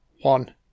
one